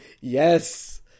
Yes